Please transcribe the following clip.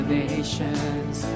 nations